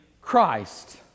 Christ